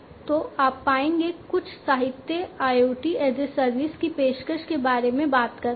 तो आप पाएंगे कुछ साहित्य IoT एज ए सर्विस की पेशकश के बारे में बात कर रहे हैं